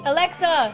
Alexa